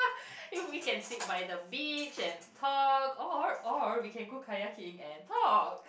you we can sit by the beach and talk or or we can go kayaking and talk